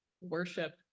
worship